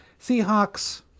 Seahawks